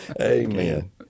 Amen